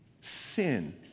Sin